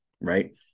Right